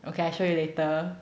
okay I show you later